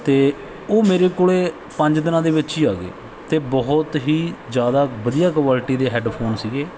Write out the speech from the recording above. ਅਤੇ ਉਹ ਮੇਰੇ ਕੋਲ ਪੰਜ ਦਿਨਾਂ ਦੇ ਵਿੱਚ ਹੀ ਆ ਗਏ ਅਤੇ ਬਹੁਤ ਹੀ ਜ਼ਿਆਦਾ ਵਧੀਆ ਕੁਆਲਿਟੀ ਦੇ ਹੈੱਡਫੋਨ ਸੀਗੇ